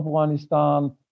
Afghanistan